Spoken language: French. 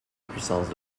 puissances